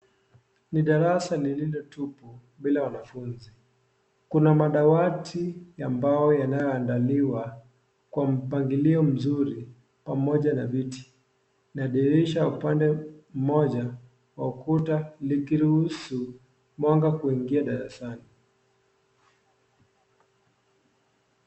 Ni darasa lililo tupu bila wanafunzi, kuna madawati ambayo yanayoandaliwa kwa mpangilio mzuri pamoja na viti na dirisha upande mmoja wa ukuta likiruhusu mwanga kuingia darasani.